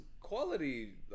quality